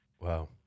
Wow